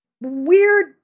weird